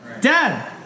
Dad